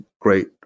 great